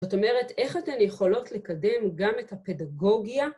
זאת אומרת, איך אתן יכולות לקדם גם את הפדגוגיה...?